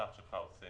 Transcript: שהמובטח שלך עושה